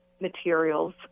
materials